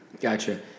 Gotcha